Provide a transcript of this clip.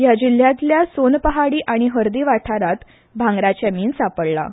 ह्या जिल्ल्यांतल्या सोनपहाडी आनी हर्दी वाठारांत भांगराचे मीन सांपडलां